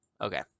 okay